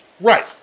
right